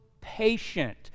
patient